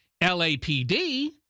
LAPD